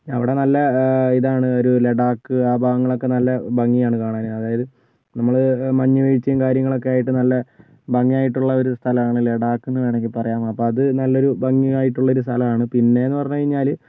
അവിടെ നല്ല ഇതാണ് ഒരു ലഡാക്ക് ആ ഭാഗങ്ങളൊക്കെ നല്ല ഭംഗിയാണ് കാണാന് അതായത് നമ്മള് മഞ്ഞുവീഴ്ചയും കാര്യങ്ങളൊക്കെയായിട്ട് നല്ല ഭംഗിയായിട്ടുള്ള ഒരു സ്ഥലമാണ് ലഡാക്കെന്ന് വേണമെങ്കിൽ പറയാം അപ്പോൾ അത് നല്ലൊരു ഭംഗിയായിട്ടുള്ള ഒരു സ്ഥലമാണ് പിന്നേന്ന് പറഞ്ഞു കഴിഞ്ഞാല്